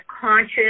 conscious